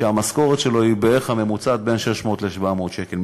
והמשכורת הממוצעת שלו היא בין 600 ל-700 שקל.